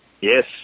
Yes